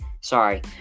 sorry